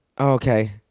Okay